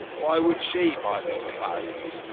why would she buy me clothes?